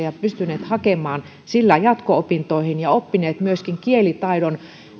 ja pystyneet hakemaan sillä jatko opintoihin ja oppineet myöskin kielitaidon